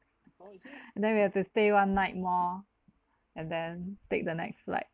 and then we have to stay one night more and then take the next flight